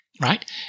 right